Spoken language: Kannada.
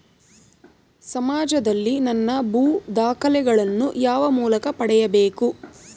ಸಮಾಜದಲ್ಲಿ ನನ್ನ ಭೂ ದಾಖಲೆಗಳನ್ನು ಯಾವ ಮೂಲಕ ಪಡೆಯಬೇಕು?